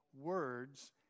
words